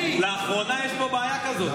לאחרונה יש פה בעיה כזאת.